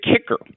kicker